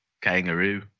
kangaroo